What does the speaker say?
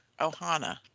Ohana